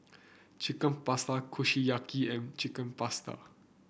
Chicken Pasta Kushiyaki and Chicken Pasta